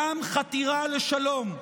גם חתירה לשלום,